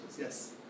Yes